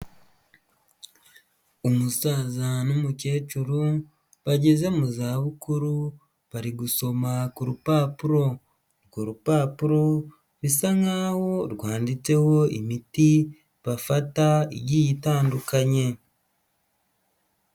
Umusaza n'umukecuru bageze mu za bukuru bari gusoma ku rupapuro urwo rupapuro bisa nk'aho rwanditseho imiti bafata igiye itandukanye.